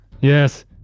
Yes